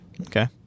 Okay